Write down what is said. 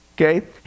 Okay